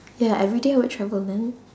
ya everyday I would travel man